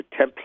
template